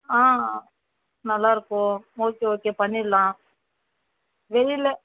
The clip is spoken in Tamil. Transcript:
ஆ நல்லா இருக்கும் ஓகே ஓகே பண்ணிடலாம் வெயிலில்